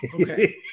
Okay